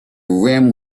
rim